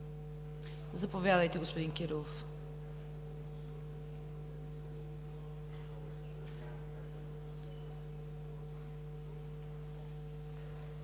Заповядайте, господин Кирилов.